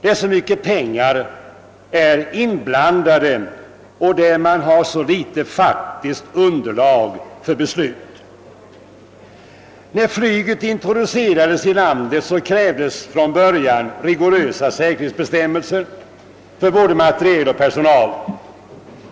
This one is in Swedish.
där så mycket pengar är inblandade och där man har så litet faktiskt underlag för besluten. Då flyget introducerades i landet krävdes från början rigorösa säkerhetsbestämmelser för både materiel och personal.